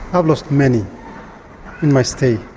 i've lost many in my stay.